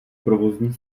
provozní